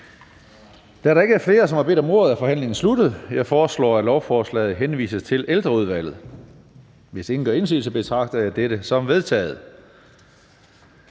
Da der ikke er flere, som har bedt om ordet, er forhandlingen sluttet. Jeg foreslår, at lovforslaget henvises til Ældreudvalget. Hvis ingen gør indsigelse, betragter jeg dette som vedtaget.